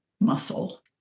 muscle